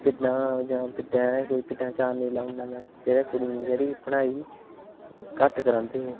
भिड्डां जां भिड्डां जेह्ड़ा कोई भिड्डां चरने लाऊ ओड़ना जेह्ड़े कुड़ियें ई जेह्ड़ी पढ़ाई घट्ट करांदे हे